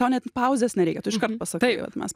tau net pauzės nereikia tu iškart pasakai o vat mes